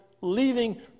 leaving